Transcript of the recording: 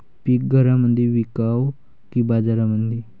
पीक घरामंदी विकावं की बाजारामंदी?